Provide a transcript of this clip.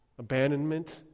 abandonment